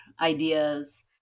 ideas